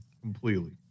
Completely